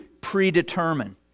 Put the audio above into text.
predetermine